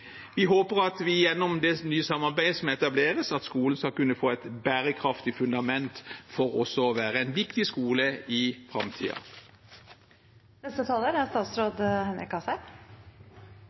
Vi håper at skolen, gjennom det nye samarbeidet som etableres, skal kunne få et bærekraftig fundament for å være en viktig skole også i